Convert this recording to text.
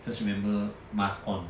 just remember mask on